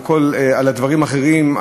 על דברים אחרים,